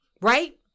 Right